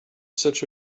such